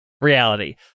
reality